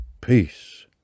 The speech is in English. peace